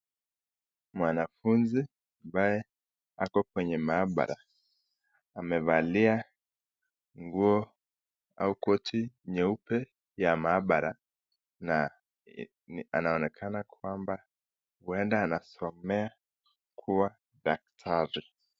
Mwanafunzi ambaye ako kwenye maabara amevalia nguo au koti nyeupe ya maabara na anaonekana kua kwamba uenda anasomea kua daktari.